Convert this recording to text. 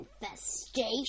infestation